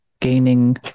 gaining